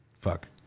Fuck